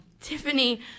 Tiffany